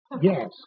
yes